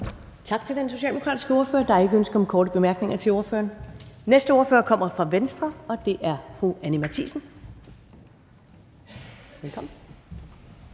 Tak til ordføreren. Der er ikke ønske om korte bemærkninger til ordføreren. Den næste ordfører kommer fra Venstre, og det er fru Anni Matthiesen. Velkommen.